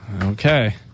Okay